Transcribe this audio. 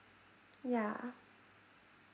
yeah